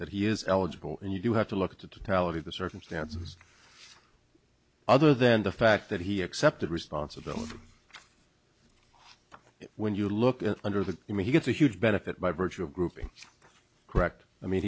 that he is eligible and you have to look to tell it the circumstances other than the fact that he accepted responsibility when you look at under the name he gets a huge benefit by virtue of grouping correct i mean